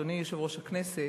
אדוני יושב-ראש הכנסת,